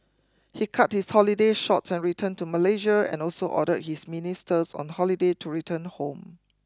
he cut his holiday short and returned to Malaysia and also ordered his ministers on holiday to return home